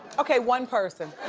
okay, one person.